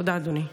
תודה, אדוני.